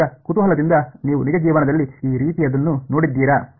ಈಗ ಕುತೂಹಲದಿಂದ ನೀವು ನಿಜ ಜೀವನದಲ್ಲಿ ಈ ರೀತಿಯದನ್ನು ನೋಡಿದ್ದೀರಾ